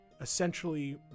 essentially